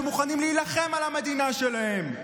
שמוכנים להילחם על המדינה שלהם,